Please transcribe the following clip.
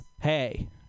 hey